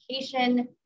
education